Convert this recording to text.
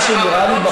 מה שנראה לי,